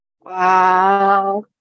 Wow